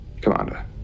Commander